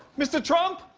mr. trump?